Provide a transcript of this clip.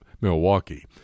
Milwaukee